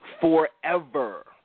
forever